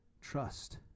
Trust